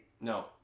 No